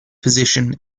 position